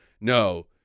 no